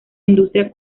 industria